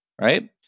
right